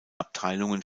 abteilungen